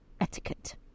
etiquette